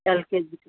ఎల్కేజీకి